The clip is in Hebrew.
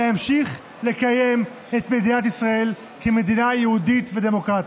להמשיך לקיים את מדינת ישראל כמדינה יהודית ודמוקרטית.